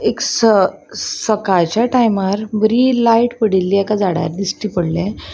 एक स सकाळच्या टायमार बरी लायट पडिल्ली एका झाडार दिश्टी पडलें